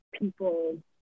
people